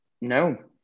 no